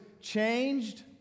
changed